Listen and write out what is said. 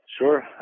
Sure